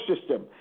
system